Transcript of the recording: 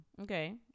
Okay